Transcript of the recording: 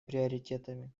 приоритетами